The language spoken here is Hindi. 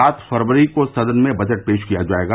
सात फरवरी को सदन में बजट पेश किया जायेगा